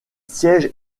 siègent